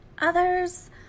Others